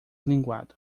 linguado